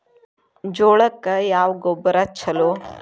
ಜೋಳಕ್ಕ ಯಾವ ಗೊಬ್ಬರ ಛಲೋ?